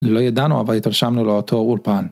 לא ידענו, אבל התרשמנו לאותו אולפן.